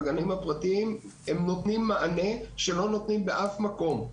הגנים הפרטיים נותנים מענה שלא נותנים באף מקום.